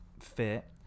fit